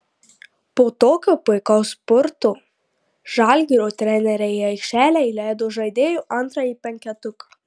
po tokio puikaus spurto žalgirio treneriai į aikštelę įleido žaidėjų antrąjį penketuką